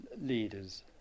leaders